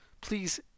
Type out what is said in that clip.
please